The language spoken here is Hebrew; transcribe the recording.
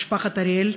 משפחת אריאל,